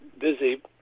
busy